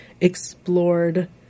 explored